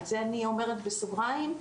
זאת אני אומרת בסוגרים.